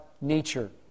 nature